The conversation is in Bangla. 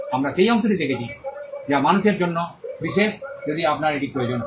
আমরা সেই অংশটি দেখছি যা মানুষের জন্য বিশেষ যদি আপনার এটির প্রয়োজন হয়